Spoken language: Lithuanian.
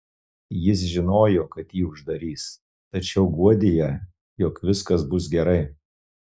jis žinojo kad jį uždarys tačiau guodė ją jog viskas bus gerai